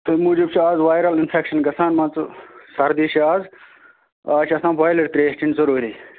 أمۍ موجوٗب چھِ آز وایرَل اِنفیٚکشَن گژھان مان ژٕ سردی چھِ آز آز چھِ آسان بویلٕڈ تریش چیٚنۍ ضروٗری